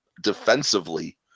defensively